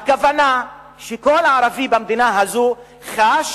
הכוונה שכל ערבי במדינה הזאת חש